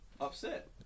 Upset